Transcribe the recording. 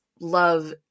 love